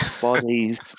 bodies